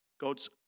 God's